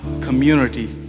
community